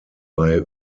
bei